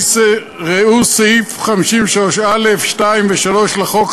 ראו סעיף 53(א)(2) ו-(3) לחוק,